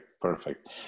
perfect